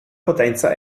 potenza